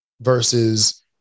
versus